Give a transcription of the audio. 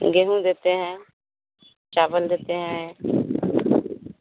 गेहूँ देते हैं चावल देते हैं